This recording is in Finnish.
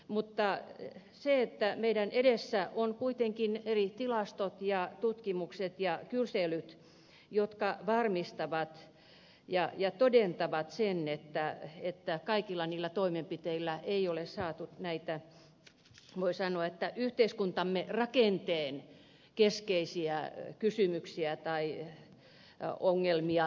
mutta meidän edessämme ovat kuitenkin eri tilastot ja tutkimukset ja kyselyt jotka varmistavat ja todentavat sen että kaikilla niillä toimenpiteillä ei ole saatu voi sanoa yhteiskuntamme rakenteen keskeisiä ongelmia ratkaistua